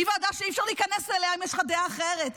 היא ועדה שאי-אפשר להיכנס אליה אם יש לך דעה אחרת.